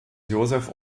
joseph